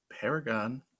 Paragon